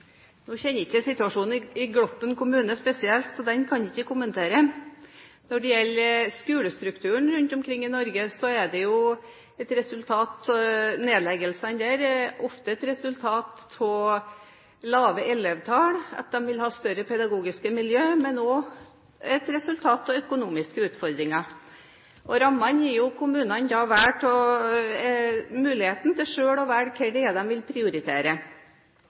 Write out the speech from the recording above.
Nå kjenner ikke jeg situasjonen i Gloppen kommune spesielt, så den kan jeg ikke kommentere. Når det gjelder skolestrukturen rundt omkring i Norge, er nedleggelsene der ofte et resultat av lave elevtall, at de vil ha større pedagogiske miljø, men også et resultat av økonomiske utfordringer. Rammene gir kommunene muligheten til selv å velge hva de vil prioritere.